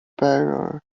bearer